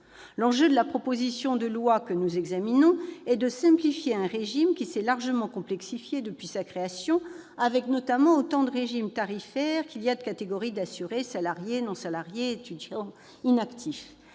L'enjeu de la proposition de loi que nous examinons est de simplifier un régime qui s'est largement complexifié depuis sa création, comptant notamment autant de régimes tarifaires qu'il y a de catégories d'assurés- salariés, non-salariés, étudiants, inactifs